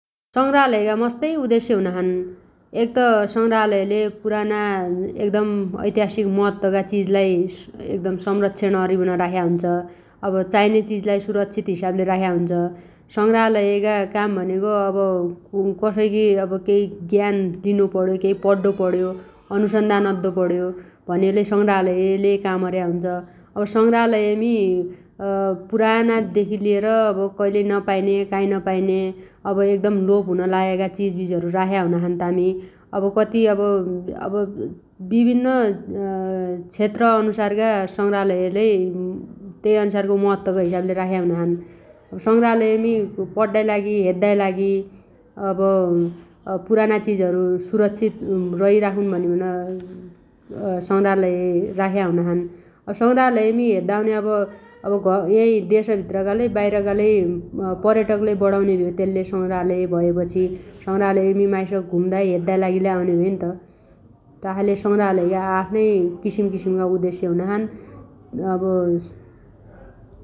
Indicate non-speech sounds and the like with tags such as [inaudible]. संग्राहलयगा मस्तै उदेश्य हुनाछन् । एग त संग्राहलयले पुराना एकदम ऐतिहासिक महत्वगा चिजलाइ एकदम संरक्षण अरिबन राख्या हुन्छ । अब चाइने चिजलाइ सुरक्षित हिसाबले राख्या हुन्छ । संग्राहलयगा काम भनेगो अब क_कसैगी अब केइ ज्ञान दिनुपण्यो केइ पड्डु पण्यो अनुसन्धान अद्दो पण्यो भनेलै संग्राहलयले काम अर्या हुनोछ । अब संग्राहलयमी [hesitation] पुराना देखि लिएर कइलै नपाइन्या काइ नपाइन्या अब एकदम लोप हुन लागेगा चिजबिजहरु राख्या हुनाछन् तामी । अब कति अब [hesitation] विभिन्न क्षेत्र अनुसारगा संग्राहलयलै त्यै अन्सारगा महत्वको हिसाबले राख्या हुनाछन् । संग्राहलयमी पड्डाइ लागि हेद्दाइ लागि अब [hesitation] पुराना चिजहरु सुरक्षित रइराखुन भनिबन संग्राहलय राख्या हुनाछन् । अब संग्राहलमी हेद्द आउन्या यइ देश भित्रगालै बाइरगालै पर्यटकलै बढाउने भ्यो तेल्ले संग्राहलय भएपछि । संग्राहलयमी माइस घुम्दाइ हेद्द घुम्द लै आउन्या भ्यैन्त । तासाले संग्राहलयगा आआफ्नै किसिमकिसिमगा उदेश्य हुनाछन् अब ।